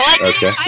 Okay